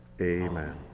Amen